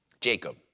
Jacob